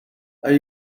are